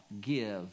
give